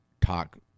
talk